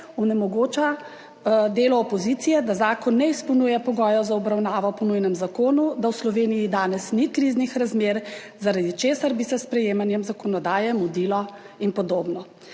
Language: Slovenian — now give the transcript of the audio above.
onemogoča delo opozicije, da zakon ne izpolnjuje pogojev za obravnavo po nujnem zakonu, da v Sloveniji danes ni kriznih razmer, zaradi česar bi se s sprejemanjem zakonodaje mudilo in podobno.